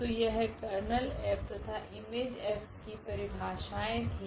तो यह Ker F तथा Im F की परिभाषाएँ थी